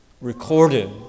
recorded